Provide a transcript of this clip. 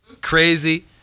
Crazy